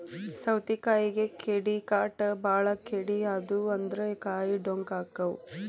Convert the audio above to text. ಸೌತಿಕಾಯಿಗೆ ಕೇಡಿಕಾಟ ಬಾಳ ಕೇಡಿ ಆದು ಅಂದ್ರ ಕಾಯಿ ಡೊಂಕ ಅಕಾವ್